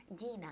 gina